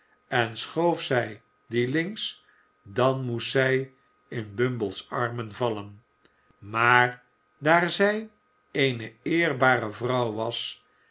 en schoof zij dien links dan moest zij in bumble's armen vallen maar daar zij eene eerbare vrouw was